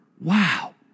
Wow